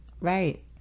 Right